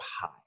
high